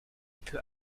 peut